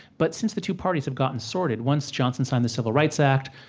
but since the two parties have gotten sorted once johnson signed the civil rights act,